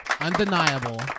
undeniable